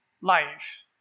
life